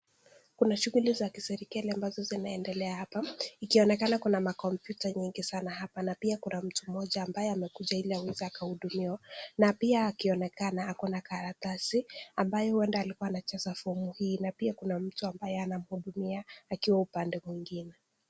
Kuna shughuli za kiserikali ambazo zinaendelea hapa ikionekana kuna makomputa nyingi sana hapa na pia kuna mtu mmoja ambaye amekuja ili aweze akahudumiwa na pia akionekana ako na karatasi ambayo huenda alikuwa anajaza fomu hii na pia kuna mtu ambaye anamhudumia akiwa upande mwingine.